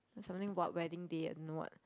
something what wedding day I don't know what